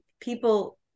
people